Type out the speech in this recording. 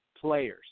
players